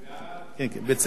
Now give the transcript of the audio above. בצירוף לוח התיקונים,